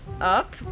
up